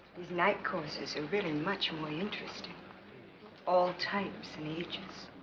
these night courses are really much more interesting all types and ages